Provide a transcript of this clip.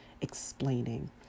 explaining